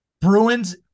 Bruins